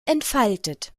entfaltet